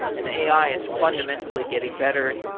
and the a i. is fundamentally getting better.